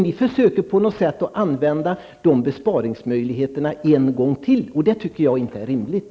Ni försöker på något sätt att använda dessa besparingsmöjligheter en gång till, vilket jag inte tycker är rimligt.